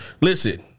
Listen